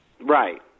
right